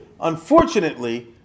Unfortunately